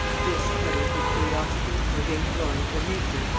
this, whether it be curiosity, or vain glory, or nature,